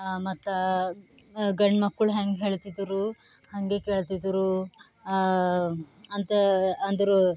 ಮತ್ತು ಗಂಡ್ಮಕ್ಕಳು ಹೆಂಗೆ ಹೇಳುತ್ತಿದ್ದರು ಹಾಗೆ ಕೇಳುತ್ತಿದ್ದರು ಅಂತ ಅಂದರು